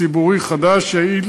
ציבורי חדש, יעיל